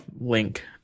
link